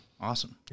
Awesome